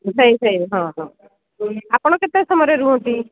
ସେହି ସେହି ହଁ ହଁ ଆପଣ କେତେ ସମୟରେ ରୁହନ୍ତି